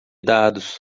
dados